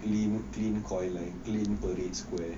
clean clean lamp clean parade square